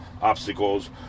Obstacles